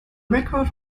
record